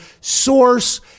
source